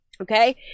okay